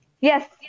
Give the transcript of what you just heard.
Yes